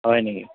হয় নেকি